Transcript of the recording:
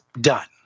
done